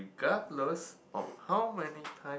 regardless of how many times